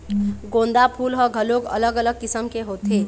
गोंदा फूल ह घलोक अलग अलग किसम के होथे